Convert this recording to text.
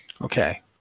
Okay